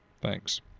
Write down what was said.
Thanks